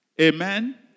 Amen